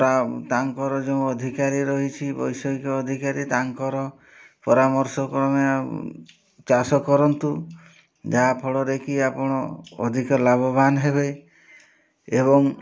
ତାଙ୍କର ଯେଉଁ ଅଧିକାରୀ ରହିଛି ବୈଷୟିକ ଅଧିକାରୀ ତାଙ୍କର ପରାମର୍ଶ କ୍ରମେ ଚାଷ କରନ୍ତୁ ଯାହାଫଳରେ କି ଆପଣ ଅଧିକ ଲାଭବାନ ହେବେ ଏବଂ